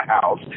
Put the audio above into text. house